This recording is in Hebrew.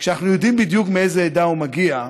כשאנחנו יודעים בדיוק מאיזו עדה הוא מגיע,